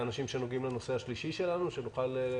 בדיון שלנו,